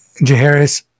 Jaharis